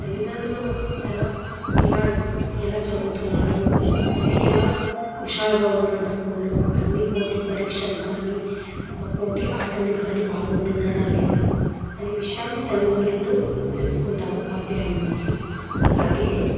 తల్లిదండ్రులు ఒక తన పిల్లవాడు ఎలా చదువుతున్నాడు ఎలా హషారుగా ఉన్నాడు స్కూల్లో అన్నీ పోటీ పరీక్షలకు కానీ పోటీ ఆటలకు కానీ పాల్గొంటున్నాడా లేదా అనే విషయాన్ని తల్లిదండ్రులను తెలుసుకుంటారు ఉపాధ్యాయుాల నుంచి అలాగే